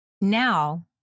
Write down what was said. now